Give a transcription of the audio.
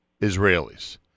israelis